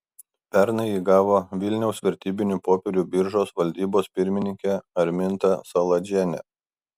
pernai jį gavo vilniaus vertybinių popierių biržos valdybos pirmininkė arminta saladžienė